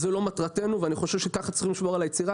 זה לא מטרתנו ואני חושב שלא כך צריך לשמור על היצירה.